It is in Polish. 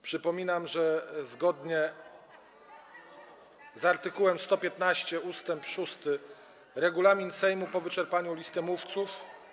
Przypominam, że zgodnie z art. 115 ust. 6 regulaminu Sejmu po wyczerpaniu listy mówców.